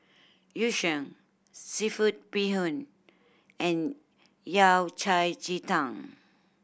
Yu Sheng seafood bee hoon and Yao Cai ji tang